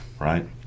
Right